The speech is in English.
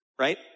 Right